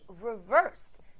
reversed